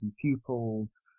pupils